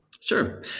Sure